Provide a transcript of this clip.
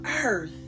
earth